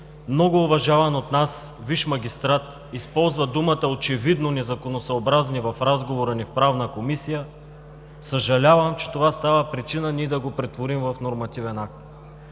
много уважаван от нас висш магистрат използва израза „очевидно незаконосъобразни“ в разговора ни в Правната комисия, съжалявам, че това става причина ние да го претворим в нормативен акт.